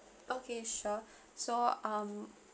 okay sure so um